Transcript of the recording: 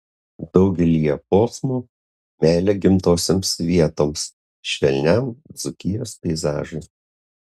daugelyje posmų meilė gimtosioms vietoms švelniam dzūkijos peizažui